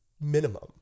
minimum